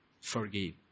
Forgive